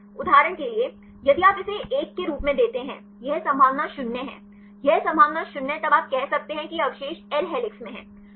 उदाहरण के लिए यदि आप इसे 1 के रूप में देते हैं यह संभावना 0 है यह संभावना 0 तब आप कह सकते हैं कि यह अवशेष एल हेलिक्स में है